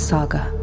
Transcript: Saga